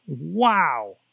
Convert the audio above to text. wow